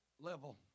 level